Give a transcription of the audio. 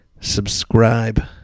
subscribe